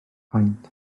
paent